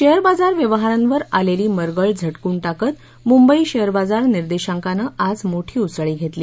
share बाजार व्यवहारांवर आलेली मरगळ झटकून टाकत मुंबई शेयर बाजार निर्देशांकानं आज मोठी उसळी घेतली